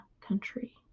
country